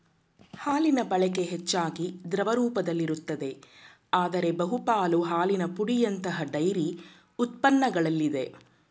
ಹಾಲಿನಬಳಕೆ ಹೆಚ್ಚಾಗಿ ದ್ರವ ರೂಪದಲ್ಲಿರುತ್ತದೆ ಆದ್ರೆ ಬಹುಪಾಲು ಹಾಲಿನ ಪುಡಿಯಂತಹ ಡೈರಿ ಉತ್ಪನ್ನಗಳಲ್ಲಿದೆ